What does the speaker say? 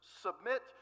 Submit